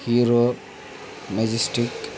hero majestic